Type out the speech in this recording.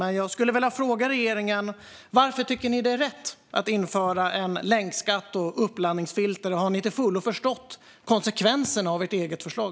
Varför tycker regeringen att det är rätt att införa länkskatt och uppladdningsfilter? Har ni till fullo förstått konsekvenserna av ert förslag?